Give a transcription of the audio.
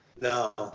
No